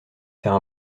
faire